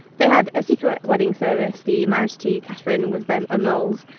they had a secret wedding service. the marriage to catherine was then annulled,